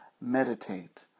meditate